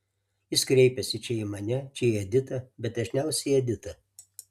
jis kreipiasi čia į mane čia į editą bet dažniausiai į editą